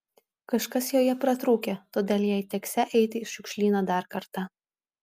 kažkas joje pratrūkę todėl jai teksią eiti į šiukšlyną dar kartą